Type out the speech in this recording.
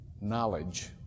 knowledge